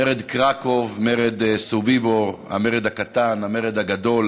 מרד קרקוב, מרד סוביבור, המרד הקטן, המרד הגדול